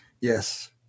Yes